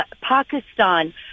Pakistan